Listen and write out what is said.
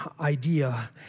idea